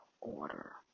order